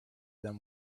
them